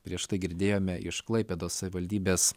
prieš tai girdėjome iš klaipėdos savivaldybės